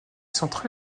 centrale